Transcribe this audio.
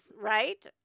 Right